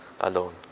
alone